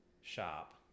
shop